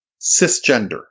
cisgender